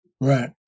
Right